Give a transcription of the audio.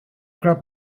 grab